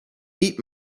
eat